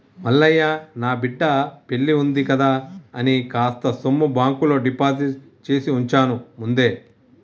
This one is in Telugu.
మల్లయ్య నా బిడ్డ పెల్లివుంది కదా అని కాస్త సొమ్ము బాంకులో డిపాజిట్ చేసివుంచాను ముందే